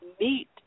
Meet